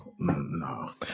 No